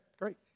great